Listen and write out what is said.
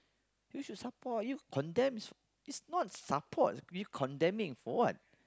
you should support you condemn is is not support you condemning for what